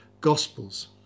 Gospels